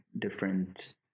different